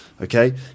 okay